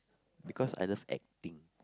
because I love acting